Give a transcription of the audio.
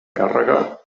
càrrega